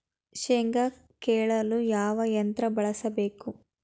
ಶೇಂಗಾ ಕೇಳಲು ಯಾವ ಯಂತ್ರ ಬಳಸಬೇಕು?